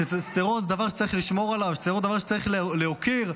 שצריך להוקיר.